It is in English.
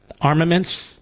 armaments